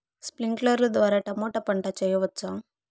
స్ప్రింక్లర్లు ద్వారా టమోటా పంట చేయవచ్చా?